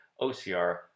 OCR